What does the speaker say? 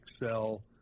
Excel